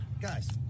Guys